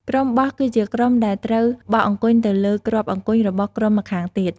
ក្រុមបោះ គឺជាក្រុមដែលត្រូវបោះអង្គញ់ទៅលើគ្រាប់អង្គញ់របស់ក្រុមម្ខាងទៀត ។